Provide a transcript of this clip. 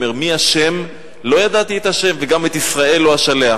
הוא אומר: "מי ה' לא ידעתי את ה' וגם את ישראל לא אשלח".